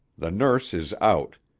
the nurse is out.